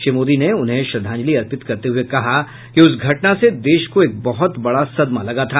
श्री मोदी ने उन्हें श्रद्धांजलि अर्पित करते हुए कहा कि उस घटना से देश को एक बहुत बड़ा सदमा लगा था